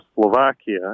Slovakia